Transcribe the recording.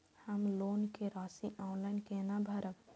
हम लोन के राशि ऑनलाइन केना भरब?